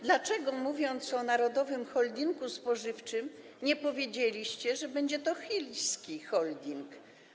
Dlaczego, mówiąc o Narodowym Holdingu Spożywczym, nie powiedzieliście, że będzie to chiński holding?